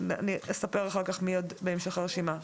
אני אספר אחר כך מי בהמשך הרשימה.